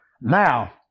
Now